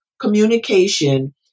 communication